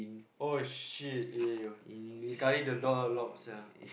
oh shit eh sekali the door lock sia